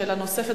שאלה נוספת,